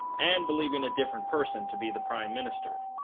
and believing a different person to be the prime minister